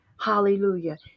Hallelujah